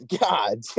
God